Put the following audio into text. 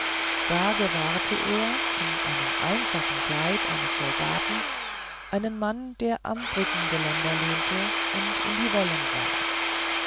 da gewahrte er in dem einfachen kleid eines soldaten einen mann der am brückengeländer lehnte und in die wellen sah